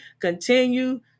continue